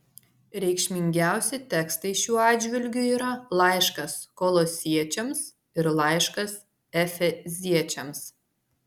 reikšmingiausi tekstai šiuo atžvilgiu yra laiškas kolosiečiams ir laiškas efeziečiams